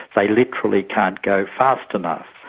they literally can't go fast enough,